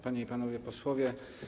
Panie i Panowie Posłowie!